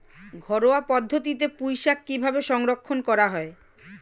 ঘরোয়া পদ্ধতিতে পুই শাক কিভাবে সংরক্ষণ করা হয়?